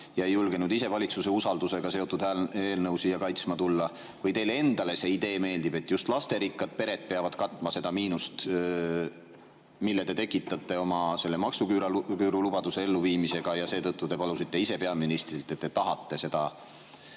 ja ei julgenud ise valitsuse usaldusega seotud eelnõu siia kaitsma tulla ning seetõttu palus teil tulla? Või teile endale see idee meeldib, et just lasterikkad pered peavad katma seda miinust, mille te tekitate oma maksuküüru lubaduse elluviimisega, ja seetõttu te palusite ise peaministrilt, et te tahate seda